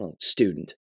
student